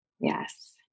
Yes